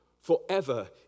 forever